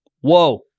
Whoa